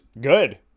good